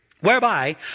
whereby